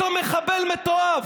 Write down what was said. אותו מחבל מתועב,